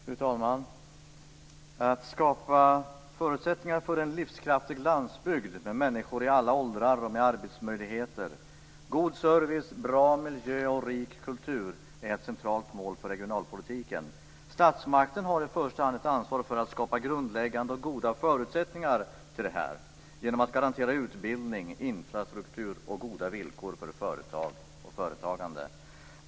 Fru talman! Att skapa förutsättningar för en livskraftig landsbygd med människor i alla åldrar och med arbetsmöjligheter, god service, bra miljö och rik kultur är ett centralt mål för regionalpolitiken. Statsmakterna har i första hand ansvar för att skapa grundläggande och goda förutsättningar för detta genom att garantera utbildning, infrastruktur och goda villkor för företag och företagande.